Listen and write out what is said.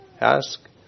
ask